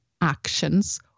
actions